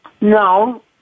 No